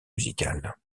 musicales